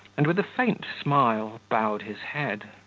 and with a faint smile bowed his head.